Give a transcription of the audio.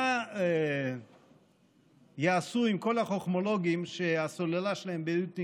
מה יעשו עם כל החוכמולוגים שהסוללה שלהם בדיוק נגמרה,